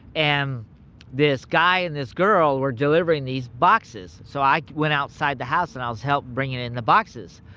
and this guy and this girl were delivering these boxes, so i went outside the house and i was helping bring in in the boxes.